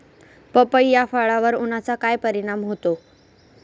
पपई या फळावर उन्हाचा काय परिणाम होतो?